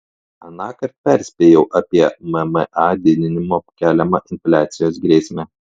anąkart perspėjau apie mma didinimo keliamą infliacijos grėsmę